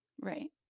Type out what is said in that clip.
right